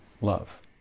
love